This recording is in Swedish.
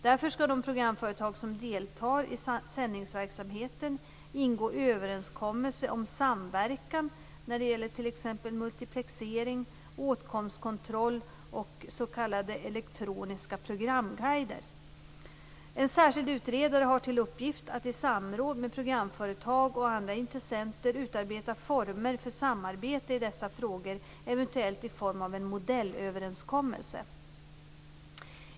Därför skall de programföretag som deltar i sändningsverksamheten ingå överenskommelse om samverkan när det gäller t.ex. multiplexering, åtkomstkontroll och s.k. elektroniska programguider. En särskild utredare har till uppgift att i samråd med programföretag och andra intressenter utarbeta former för samarbete i dessa frågor, eventuellt i form av en modellöverenskommelse.